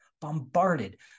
bombarded